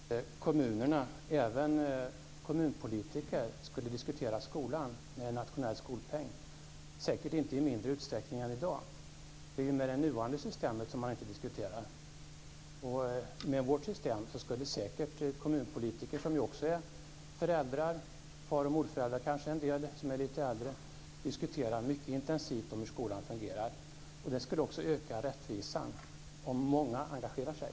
Fru talman! Kommunerna, och även kommunpolitiker, skulle säkert inte diskutera skolan i mindre utsträckning med en nationell skolpeng. Det är med det nuvarande systemet som man inte diskuterar. Med vårt system skulle säkert kommunpolitiker, som också är föräldrar, eller far och morföräldrar om de är lite äldre, diskutera mycket intensivt hur skolan fungerar. Det skulle också öka rättvisan om många engagerar sig.